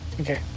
Okay